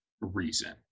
reason